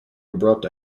abrupt